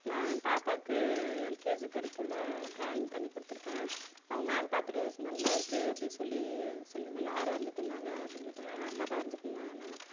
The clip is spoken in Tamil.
நான் ஏன் பாப்பாவுக்கு எல்கேஜி படிக்கக்குள்ளே டிராயிங் பண்ணி கொடுத்துருக்கேன் அவங்க மேம் பார்த்துட்டு நல்லா இருக்கே அப்படின் சொல்லி சொல்லிருந்தாங்க யார் வரைஞ்சு தந்தாங்க அப்படின்னு கேட்டாங்க எங்கள் அம்மா தான் வரஞ்சு தந்தாங்கன்னாளாம்